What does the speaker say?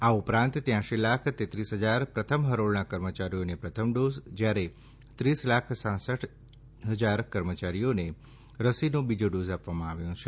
આ ઉપરાંત ત્યાંસી લાખ તેત્રીસ હજાર પ્રથમ હરોળના કર્મચારીઓને પ્રથમ ડોઝ જયારે ત્રીસ લાખ છાસઠ હજાર કર્મચારીઓને રસીનો બીજો ડોઝ આપવામાં આવ્યો છે